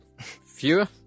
fewer